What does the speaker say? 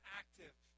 active